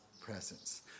presence